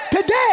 today